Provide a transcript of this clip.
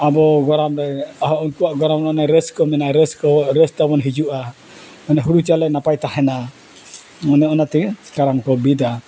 ᱟᱵᱚ ᱜᱮᱨᱟᱢ ᱨᱮᱦᱚᱸ ᱩᱱᱠᱩᱣᱟᱜ ᱜᱮᱨᱟᱢ ᱨᱟᱹᱥᱠᱚ ᱢᱮᱱᱟᱜᱼᱟ ᱨᱟᱹᱥᱠᱚ ᱨᱟᱹᱥᱠᱚ ᱛᱟᱵᱚᱱ ᱦᱤᱡᱩᱜᱼᱟ ᱢᱟᱱᱮ ᱦᱩᱲᱩ ᱪᱟᱣᱞᱮ ᱱᱟᱯᱟᱭ ᱛᱟᱦᱮᱱᱟ ᱢᱟᱱᱮ ᱚᱱᱟ ᱛᱮᱜᱮ ᱠᱟᱨᱟᱢ ᱠᱚ ᱵᱤᱫᱟ